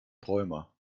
träumer